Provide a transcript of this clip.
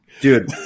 Dude